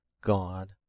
God